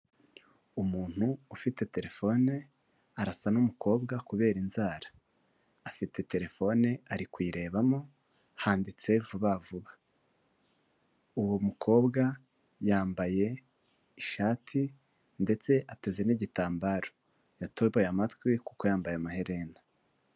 Umuntu ufite telefone arasa n'umukobwa kubera inzara, afite telefone ari kuyirebamo handitse vuba vuba, uwo mukobwa yambaye ishati ndetse ateze n'igitambaro yatoboye amatwi kuko yambaye amaherena.